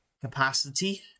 capacity